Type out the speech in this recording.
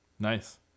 Nice